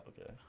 okay